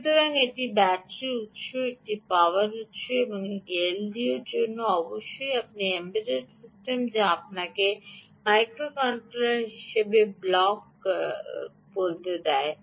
সুতরাং এটি ব্যাটারি উৎস এটিই পাওয়ার উৎস এবং এটি এলডিও এবং অবশ্যই আপনি এম্বেডড সিস্টেম যা আমাদের মাইক্রোকন্ট্রোলার হিসাবে ব্লক বলতে দেয়